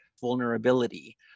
vulnerability